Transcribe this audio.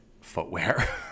footwear